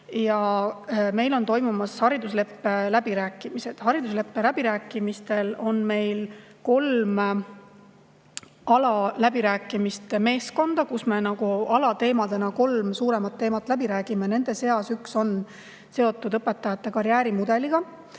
Ja meil on toimumas haridusleppe läbirääkimised. Haridusleppe läbirääkimistel on meil kolm alaläbirääkimiste meeskonda, kes alateemadena kolm suuremat teemat läbi räägivad. Nende seas üks on seotud õpetajate karjäärimudeliga,